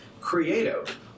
creative